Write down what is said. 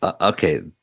okay